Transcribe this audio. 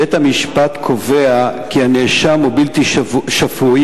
בית-המשפט קובע כי הנאשם הוא בלתי שפוי